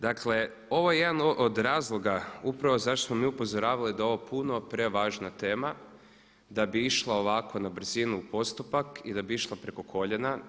Dakle, ovo je jedan od razloga upravo zašto smo mi upozoravali da je ovo puno prevažna tema da bi išla ovako na brzinu u postupak i da bi išla preko koljena.